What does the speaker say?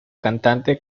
cantante